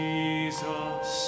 Jesus